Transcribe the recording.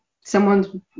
Someone's